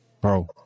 Bro